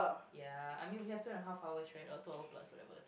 ya I mean we have two and a half hours right or two hours plus whatever